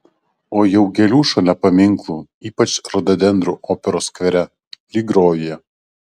o jau gėlių šalia paminklų ypač rododendrų operos skvere lyg rojuje